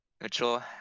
Mitchell